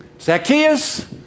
Zacchaeus